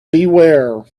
beware